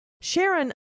Sharon